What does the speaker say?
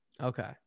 Okay